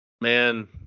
Man